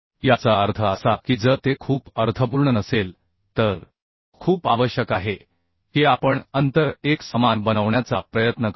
याचा अर्थ असा की जर ते खूप अर्थपूर्ण नसेल तर खूप आवश्यक आहे की आपण अंतर एकसमान बनवण्याचा प्रयत्न करू